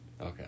Okay